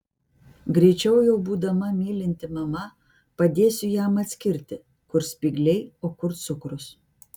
greičiau jau būdama mylinti mama padėsiu jam atskirti kur spygliai o kur cukrus